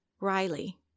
Riley